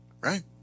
Right